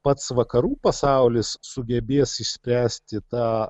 pats vakarų pasaulis sugebės išspręsti tą